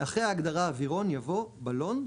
אחרי ההגדרה "אוירון" יבוא: ""בלון",